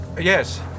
Yes